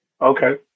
okay